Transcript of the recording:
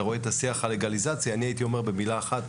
אתה רואה את השיח על לגליזציה אני הייתי אומר במילה אחת,